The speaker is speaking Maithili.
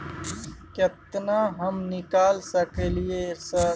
केतना हम निकाल सकलियै सर?